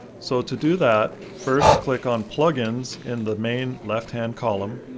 so to do that, first click on plugins in the main, left-hand column.